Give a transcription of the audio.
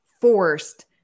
forced